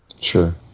Sure